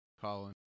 Colin